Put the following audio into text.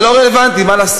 אתה לא רלוונטי, מה לעשות.